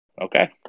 Okay